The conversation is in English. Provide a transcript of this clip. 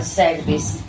service